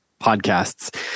podcasts